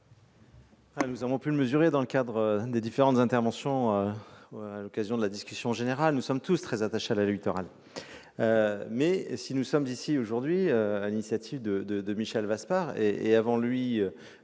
nous avons pu le mesurer dans le cadre des différentes interventions à l'occasion de la discussion générale, nous sommes tous très attachés à la loi Littoral. Toutefois, si nous sommes ici aujourd'hui, sur l'initiative de Michel Vaspart et, avant lui,